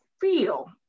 feel